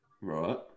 Right